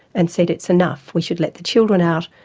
and said it's enough, we should let the children out,